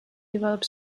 developed